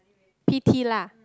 P_T lah